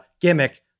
gimmick